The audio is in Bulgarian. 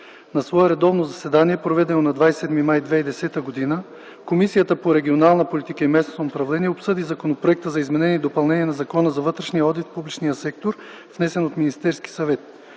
На свое редовно заседание, проведено на 27 май 2010 г., Комисията по регионална политика и местно самоуправление обсъди Законопроекта за изменение и допълнение на Закона за вътрешния одит в публичния сектор, внесен от Министерския съвет.